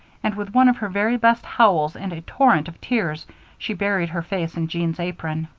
and with one of her very best howls and a torrent of tears she buried her face in jean's apron.